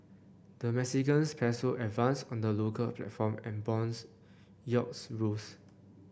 the Mexican peso advanced on the local platform and bond yields rose